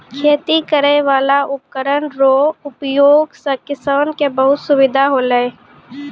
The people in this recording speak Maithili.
खेती करै वाला उपकरण रो उपयोग से किसान के बहुत सुबिधा होलै